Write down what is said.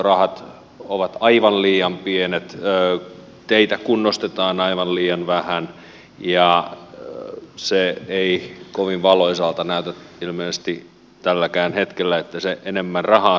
perusväylänpitorahat ovat aivan liian pienet teitä kunnostetaan aivan liian vähän ja se ei kovin valoisalta näytä ilmeisesti tälläkään hetkellä että se enemmän rahaa saisi